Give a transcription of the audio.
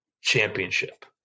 championship